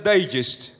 Digest